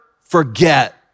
forget